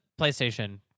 playstation